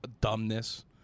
dumbness